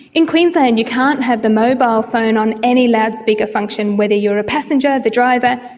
in queensland you can't have the mobile phone on any loudspeaker function, whether you are a passenger, the driver,